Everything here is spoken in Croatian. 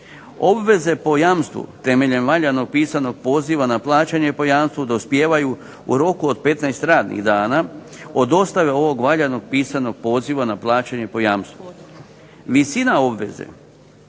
Obveze po jamstvu temeljem valjanog pisanog poziva na plaćanje po jamstvu dospijevaju u roku od 15 radnih dana od dostave ovog valjanog pisanog poziva na plaćanje po jamstvu. Visina obveze